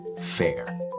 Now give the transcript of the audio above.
FAIR